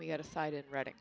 we had a side it reading